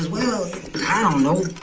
well i don't know.